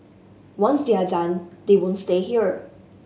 once they are done they won't stay here